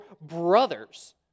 brothers